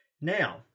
Now